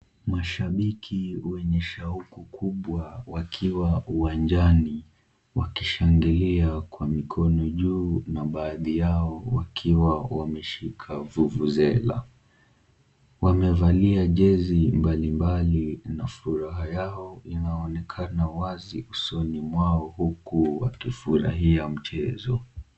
Mashabiki wenye shauku kubwa wakiwa uwanjani, wakishangilia kwa mikono juu, na baadhi yao wakiwa wameshika vuvuzela , wamevalia jezi mbalimbali na furaha yao inaonekana wazi usoni mwao huku wakifurahia mchezo.